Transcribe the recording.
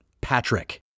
Patrick